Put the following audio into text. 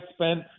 spent